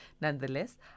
Nonetheless